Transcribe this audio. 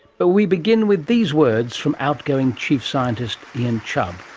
but we begin with these words from outgoing chief scientist ian chubb,